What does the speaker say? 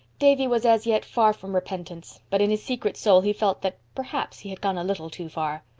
davy was as yet far from repentance, but in his secret soul he felt that, perhaps, he had gone a little too far.